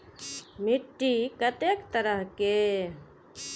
मिट्टी कतेक तरह के?